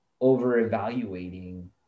over-evaluating